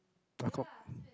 I cop~